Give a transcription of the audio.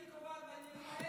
היא קובעת בעניינים האלה,